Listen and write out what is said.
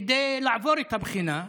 כדי לעבור את הבחינה,